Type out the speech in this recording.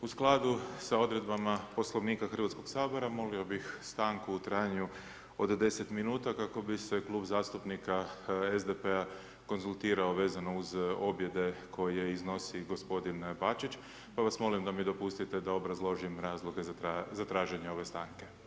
U skladu sa odredbama Poslovnika Hrvatskoga sabora molio bih stanku u trajanju od 10 minuta kako bi se Klub zastupnika SDP-a konzultirao vezano uz objede koje iznosi gospodin Bačić pa vas molim da mi dopustite da obrazložim razloge za traženje ove stanke.